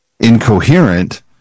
incoherent